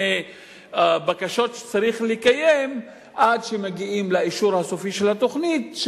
בקשות שצריך לקיים עד שמגיעים לאישור הסופי של התוכנית,